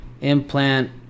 Implant